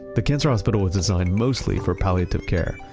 the cancer hospital was designed mostly for palliative care,